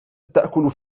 أتأكل